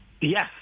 Yes